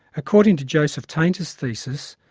according to joseph tainter's thesis,